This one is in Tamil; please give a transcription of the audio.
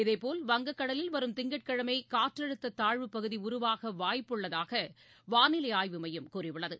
இதேபோல் வங்கக்கடலில் வரும் திங்கட்கிழமைகாற்றழுத்ததாழ்வு பகுதிஉருவாகவாய்ப்பு உள்ளதாகவானிலைஆய்வு மையம் கூறியுள்ளது